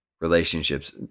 relationships